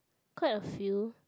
quite a few